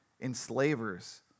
enslavers